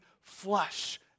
flesh